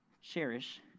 cherish